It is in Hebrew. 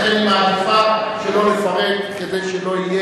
ולכן היא מעדיפה שלא לפרט כדי שלא תהיה